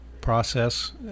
process